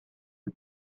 new